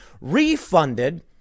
refunded